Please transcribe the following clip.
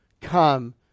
come